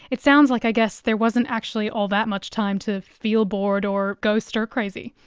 it sounds like i guess there wasn't actually all that much time to feel bored or go stir crazy.